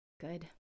good